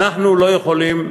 אנחנו לא יכולים,